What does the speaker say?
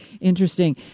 Interesting